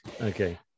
Okay